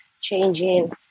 changing